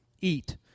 Eat